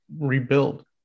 rebuild